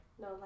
No